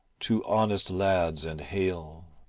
two honest lads and hale.